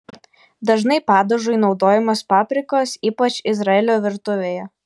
dažnai padažui naudojamos paprikos ypač izraelio virtuvėje